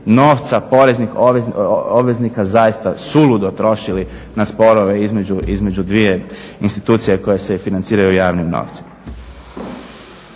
novca poreznih obveznika zaista suludo trošili na sporove između dvije institucije koje se financiraju javnim novcima.